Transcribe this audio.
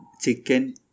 chicken